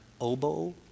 oboe